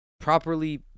properly